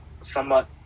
somewhat